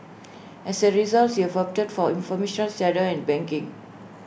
as A result they've opted for informal shadow and banking